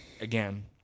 again